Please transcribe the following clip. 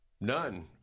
None